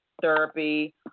therapy